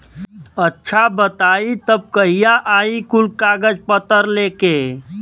अच्छा बताई तब कहिया आई कुल कागज पतर लेके?